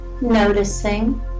Noticing